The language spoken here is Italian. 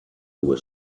due